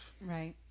Right